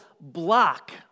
block